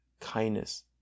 kindness